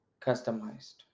customized